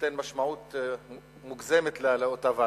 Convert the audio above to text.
נותן משמעות מוגזמת לאותה ועדה.